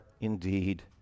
indeed